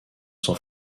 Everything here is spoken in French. san